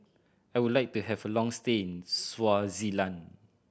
I would like to have a long stay in Swaziland